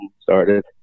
started